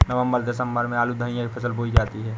नवम्बर दिसम्बर में आलू धनिया की फसल बोई जाती है?